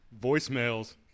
voicemails